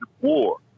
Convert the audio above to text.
war